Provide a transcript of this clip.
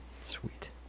sweet